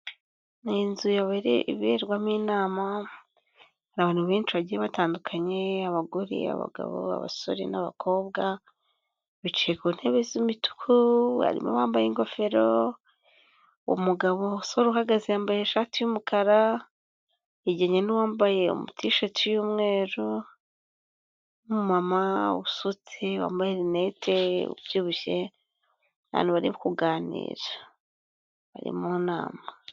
Ni inzu iberwamo inama, abantu benshi bagiye batandukanye, abagore, abagabo, abasore, n'abakobwa, bicaye ku ntebe z'imituku, harimo uwambaye ingofero, umugabo umusore uhagaze yambaye ishati y'umukara, yegeranye n'uwambaye tshirt y'umweru, n'uma mama usutse, wambaye rinete, ubyibushye, abantu bari kuganira, bari mu nama.